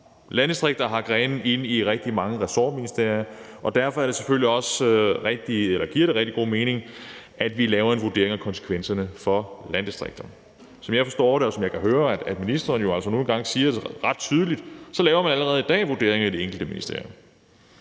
Landdistrikter har grene inde i rigtig mange ressortministerier, og derfor giver det selvfølgelig også rigtig god mening, at vi laver en vurdering af konsekvenserne for landdistrikterne. Som jeg forstår det, og som jeg kan høre at ministeren joaltså nu engang siger ret tydeligt, laver man allerede i dag en vurdering i det enkelte ministerium,